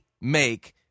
make